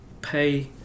pay